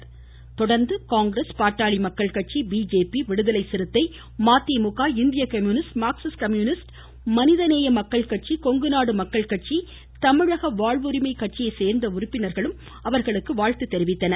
இதனையடுத்து Congress Pattali Makkal Katchi BJP Viduthalai Siruthai MDMK இந்திய communist Marxist communist Manithaneya Makkal Katchi Kongunadu Makkal Katchi Tamizhaga Vazhvurimai கட்சியை சேர்ந்த உறுப்பினர்களும் அவர்களுக்கு வாழ்த்து தெரிவித்தனர்